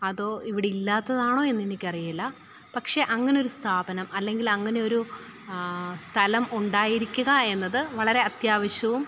അതോ ഇവിടെയില്ലാത്തതാണോ എന്നെനിക്കറിയില്ല പക്ഷെ അങ്ങനൊരു സ്ഥാപനം അല്ലെങ്കില് അങ്ങനെയൊരു സ്ഥലം ഉണ്ടായിരിക്കുക എന്നത് വളരെ അത്യാവശ്യവും